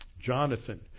Jonathan